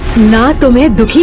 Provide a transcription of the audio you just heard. not need to be